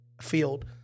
field